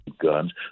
guns